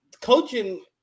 coaching